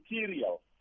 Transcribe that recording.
material